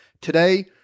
Today